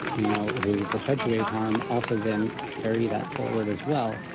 you know, who perpetuate harm, also then carry that forward as well.